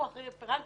הוא הרפרנט,